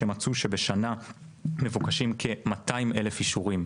שמצאו שבשנה מבוקשים כ-200 אלף אישורים.